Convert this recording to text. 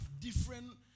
different